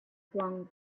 flung